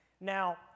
Now